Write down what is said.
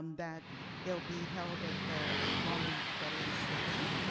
that it will be held at the long beach veteran's stadium.